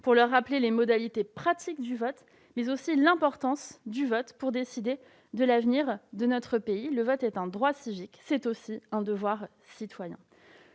pour leur rappeler les modalités pratiques du vote et son importance pour décider de l'avenir de notre pays. Le vote est un droit civique ; c'est aussi un devoir citoyen.